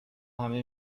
همه